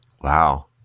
Wow